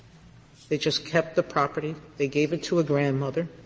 they just kept the property. they gave it to a grandmother.